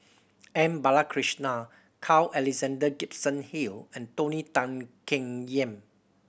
M Balakrishnan Carl Alexander Gibson Hill and Tony Tan Keng Yam